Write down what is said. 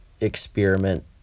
experiment